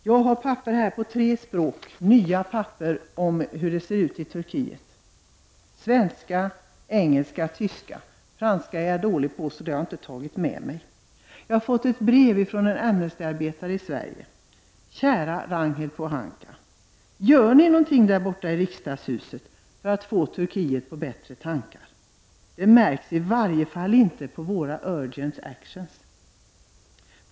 Jag har här nytt material på tre språk — svenska, engelska och tyska — om situationen i Turkiet. Jag är dålig på franska och har därför inte tagit med mig det materialet. Jag har fått ett brev från en Amnestyarbetare i Sverige. Där står: ”Kära Ragnhild Pohanka! Gör ni någonting därborta i Riksdagshuset för att få Turkiet på bättre tankar? Det märks i varje fall inte på våra Urgent Actions.